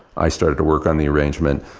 i started to work on the arrangement.